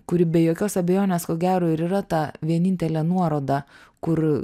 kuri be jokios abejonės ko gero ir yra ta vienintelė nuoroda kur